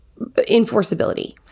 enforceability